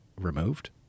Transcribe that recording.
removed